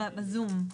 בזום.